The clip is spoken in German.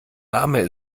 name